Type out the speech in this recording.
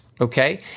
okay